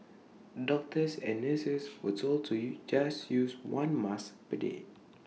doctors and nurses were told to U just use one mask per day